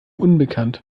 unbekannt